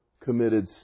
committed